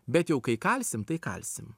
bet jau kai kalsim tai kalsim